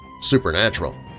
supernatural